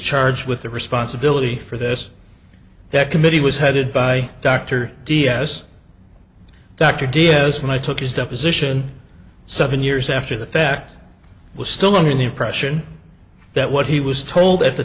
charged with the responsibility for this that committee was headed by dr d s dr diaz when i took his deposition seven years after the fact was still under the impression that what he was told at the